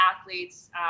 athletes